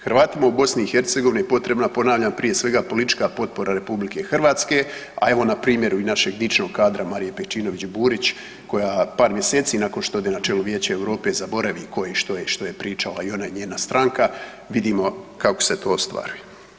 Hrvatima u BiH je potrebna ponavljam prije svega politička potpora RH, a evo i na primjeru našeg dičnog kadra Marije Pejčinović Burić koja par mjeseci nakon što ode na čelo Vijeće Europe zaboravi tko je i što je pričala i ona njena stranka vidimo kako se to ostvaruje.